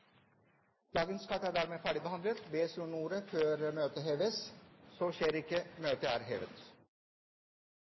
dagens kart ferdigbehandlet. Forlanger noen ordet før møtet heves? – Møtet er hevet.